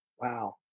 Wow